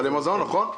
סלי מזון, נכון.